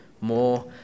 more